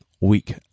week